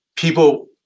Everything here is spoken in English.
People